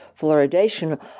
Fluoridation